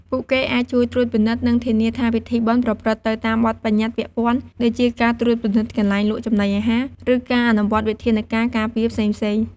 ពួកគេអាចជួយត្រួតពិនិត្យ និងធានាថាពិធីបុណ្យប្រព្រឹត្តទៅតាមបទប្បញ្ញត្តិពាក់ព័ន្ធ ដូចជាការត្រួតពិនិត្យកន្លែងលក់ចំណីអាហារ ឬការអនុវត្តវិធានការការពារផ្សេងៗ។